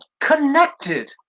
connected